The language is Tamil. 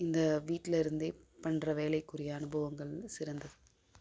இந்த வீட்டில் இருந்தே பண்ணுற வேலைக்குரிய அனுபவங்கள் சிறந்தது